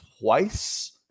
twice